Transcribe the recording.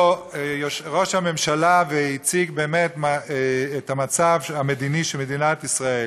ראש הממשלה דיבר פה והציג את המצב המדיני של מדינת ישראל.